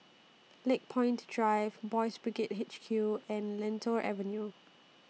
Lakepoint Drive Boys' Brigade H Q and Lentor Avenue